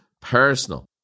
personal